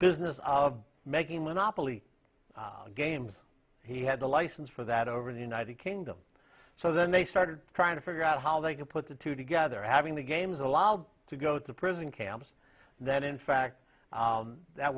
business of making monopoly games he had a license for that over the united kingdom so then they started trying to figure out how they could put the two together having the games allowed to go to prison camps that in fact that